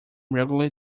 regularly